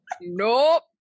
Nope